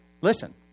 Listen